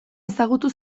ezagutu